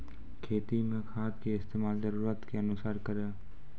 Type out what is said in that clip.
खेती मे खाद के इस्तेमाल जरूरत के अनुसार करऽ